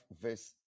verse